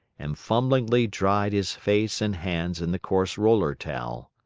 and fumblingly dried his face and hands in the coarse roller towel.